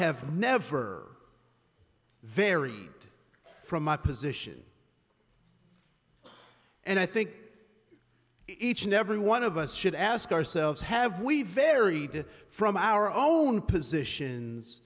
have never vary from my position and i think each and every one of us should ask ourselves have we varied from our own positions